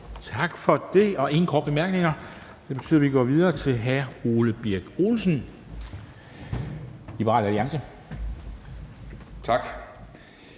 Tak for det. Der er ingen korte bemærkninger. Det betyder, at vi går videre til hr. Ole Birk Olesen, Liberal Alliance. Kl.